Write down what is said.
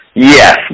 Yes